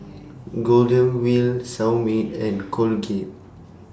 Golden Wheel Seoul Mit and Colugate